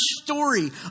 story